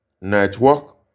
Network